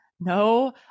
no